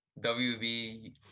wb